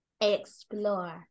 Explore